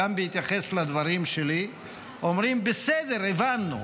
גם בהתייחס לדברים שלי, אומרים: בסדר, הבנו,